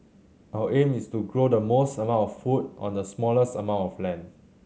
our aim is to grow the most amount of food on the smallest amount of land